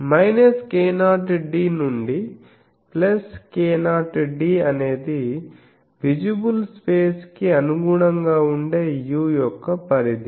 k0 d నుండి k0 d అనేది visible space కి అనుగుణంగా ఉండే u యొక్క పరిధి